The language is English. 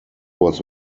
was